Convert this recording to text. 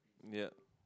yup